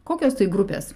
kokios tai grupės